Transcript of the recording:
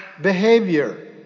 behavior